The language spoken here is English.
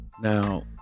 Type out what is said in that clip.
Now